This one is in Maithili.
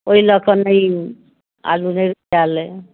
ओहि लऽकऽ नहि आलू एहि बेर नहि कयल अइ